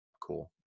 cool